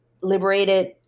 liberated